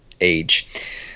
age